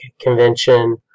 Convention